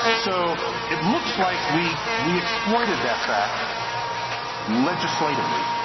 so it looks like we we exploited that fact legislatively.